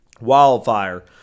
wildfire